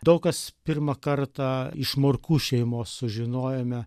daug kas pirmą kartą iš morkų šeimos sužinojome